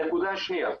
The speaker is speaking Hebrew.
הנקודה השנייה,